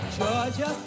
Georgia